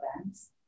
events